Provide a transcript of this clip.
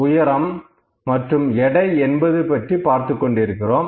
உயரம் மற்றும் எடை என்பது பற்றி பார்த்துக் கொண்டிருக்கிறோம்